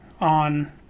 on